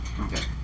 Okay